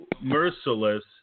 Merciless